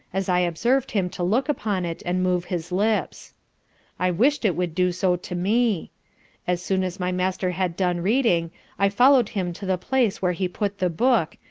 as i observed him to look upon it, and move his lips i wished it would do so to me as soon as my master had done reading i follow'd him to the place where he put the book,